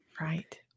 Right